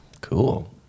Cool